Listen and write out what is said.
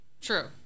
true